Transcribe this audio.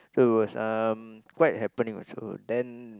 so it was um quite happening also then